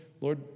Lord